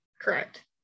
correct